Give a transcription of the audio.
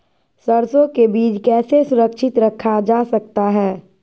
सरसो के बीज कैसे सुरक्षित रखा जा सकता है?